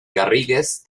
garrigues